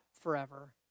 forever